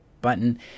button